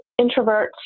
introverts